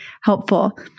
helpful